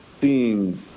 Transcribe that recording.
seeing